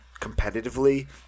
competitively